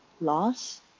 loss